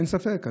אין ספק,